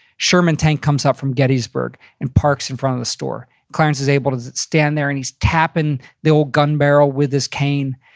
sherman tank comes up from gettysburg and parks in front of the store. clarence is able to stand there, and he's tapping the old gun barrel with his cane.